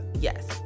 yes